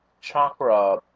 chakra